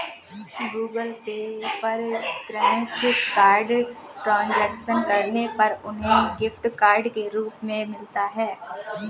Google Pay पर scratch card transaction करने पर उन्हें गिफ्ट कार्ड के रूप में मिलता है